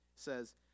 says